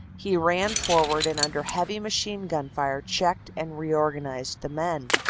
he ran forward and under heavy machine-gun fire checked and reorganized the men.